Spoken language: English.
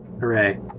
Hooray